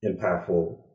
impactful